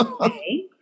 okay